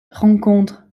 rencontres